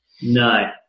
No